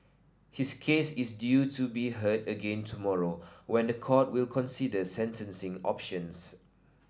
his case is due to be heard again tomorrow when the court will consider sentencing options